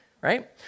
right